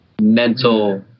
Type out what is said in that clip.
mental